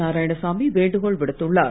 நாராயணசாமி வேண்டுகோள் விடுத்துள்ளார்